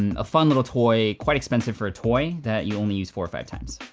and a fun little toy, quite expensive for a toy that you only use four or five times.